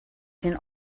den